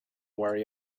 worry